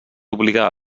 obligar